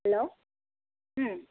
हेल' ओम